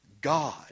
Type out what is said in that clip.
God